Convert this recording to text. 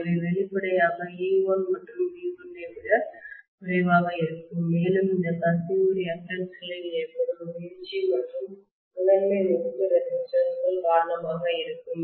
எனவே வெளிப்படையாக e1 ஆனது V1 ஐ விட குறைவாக இருக்கும் மேலும் இந்த கசிவு ரியாக்டன்ஸ்களில் ஏற்படும் வீழ்ச்சி மற்றும் முதன்மை முறுக்கு ரெசிஸ்டன்ஸ் ன் காரணமாக இருக்கும்